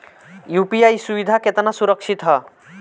UPI सुविधा केतना सुरक्षित ह?